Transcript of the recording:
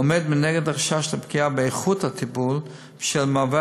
עומד מנגד החשש לפגיעה באיכות הטיפול בשל מעבר